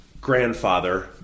grandfather